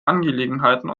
angelegenheiten